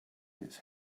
its